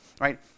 right